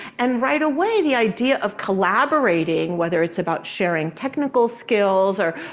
and right away, the idea of collaborating, whether it's about sharing technical skills or,